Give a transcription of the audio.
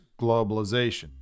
Globalization